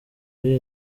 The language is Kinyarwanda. ari